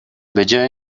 بجای